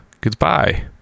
goodbye